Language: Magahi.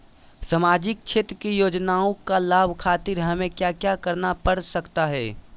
सामाजिक क्षेत्र की योजनाओं का लाभ खातिर हमें क्या क्या करना पड़ सकता है?